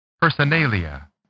Personalia